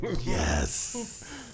Yes